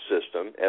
system